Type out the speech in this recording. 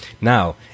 Now